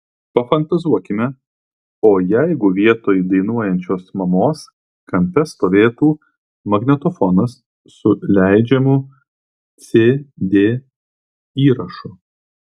pafantazuokime o jeigu vietoj dainuojančios mamos kampe stovėtų magnetofonas su leidžiamu cd įrašu